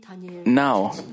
Now